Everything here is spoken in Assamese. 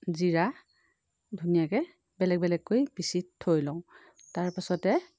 জিৰা ধুনীয়াকৈ বেলেগ বেলেগকৈ পিচি থৈ লওঁ তাৰ পাছতে